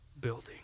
building